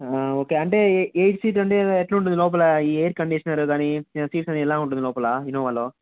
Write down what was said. okay అంటే eight seater అంటే ఎట్లుంటుంది లోపల ఈ ఏయిర్ కండీషనర్ కానీ సీట్స్ అన్నీ ఎలా ఉంటుంది లోపల ఇన్నోవాలో